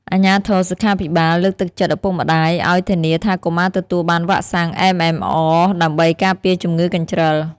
អាជ្ញាធរសុខាភិបាលលើកទឹកចិត្តឪពុកម្តាយឱ្យធានាថាកុមារទទួលបានវ៉ាក់សាំង MMR ដើម្បីការពារជំងឺកញ្ជ្រឹល។